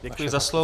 Děkuji za slovo.